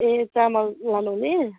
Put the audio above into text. ए चामल लानुहुने